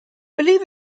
believe